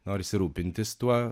norisi rūpintis tuo